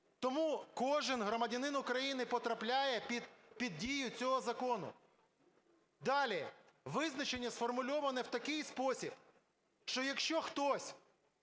Тому кожен громадянин України потрапляє під дію цього закону. Далі. Визначення сформульоване в такий спосіб, що якщо хтось,